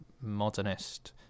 modernist